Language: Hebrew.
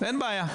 אין בעיה.